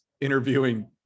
interviewing